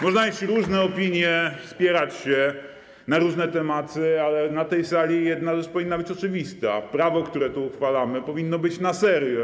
Można mieć różne opinie, spierać się na różne tematy, ale na tej sali jedna rzecz powinna być oczywista: prawo, które tu uchwalamy, powinno być na serio.